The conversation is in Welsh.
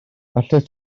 allet